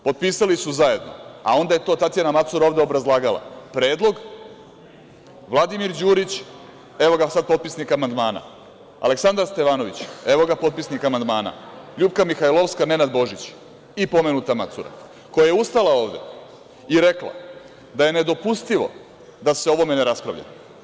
Potpisali su zajedno 17. avgusta 2018. godine, a onda je to Tatjana Macura ovde obrazlagala, predlog - Vladimir Đurić, evo ga sad potpisnik amandmana, Aleksandar Stevanović, evo ga potpisnik amandmana, LJupka Mihajlovska, Nenad Božić i pomenuta Macura, koja je ustala ovde i rekla da je nedopustivo da se o ovome ne raspravlja.